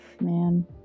Man